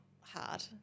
hard